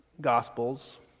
Gospels